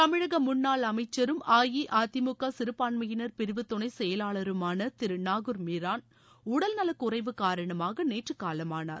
தமிழக முன்னாள் அமைச்சரும் அஇஅதிமுக சிறுபான்மையினர் பிரிவு துணைச் செயலாளருமான திரு நாகூர் மீரான் உடல் நலக்குறைவு காரணமாக நேற்று காலமானார்